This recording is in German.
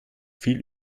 viel